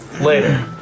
Later